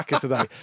today